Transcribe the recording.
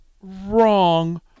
wrong